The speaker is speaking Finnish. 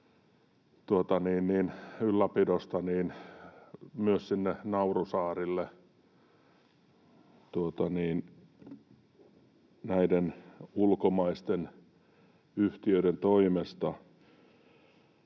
ylläpidosta sinne naurusaarille näiden ulkomaisten yhtiöiden toimesta.